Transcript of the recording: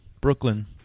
Brooklyn